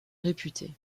réputé